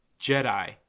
Jedi